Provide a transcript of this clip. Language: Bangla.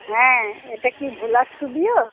হ্যাঁ এটা কি ভোলা স্টুডিও